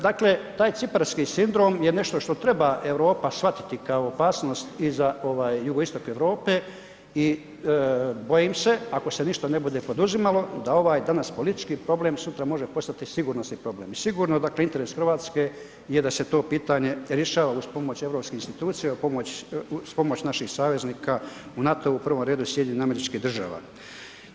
Dakle, taj ciparski sindrom je nešto što treba Europa shvatiti kao opasnost i za jugoistok Europe i bojim se ako se ništa ne bude poduzimalo, da ovaj danas politički problem sutra može postati sigurnosni problem i sigurno dakle interes Hrvatske je da se to pitanje rješava uz pomoć europskih institucija, uz pomoć naših saveznika u NATO-u, u prvom redu SAD-a.